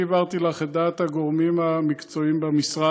נדמה לי שאני העברתי לך את דעת הגורמים המקצועיים במשרד.